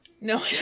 No